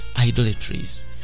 idolatries